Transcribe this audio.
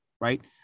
right